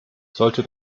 sollte